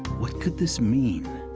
what could this mean?